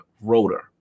Rotor